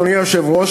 אדוני היושב-ראש,